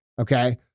Okay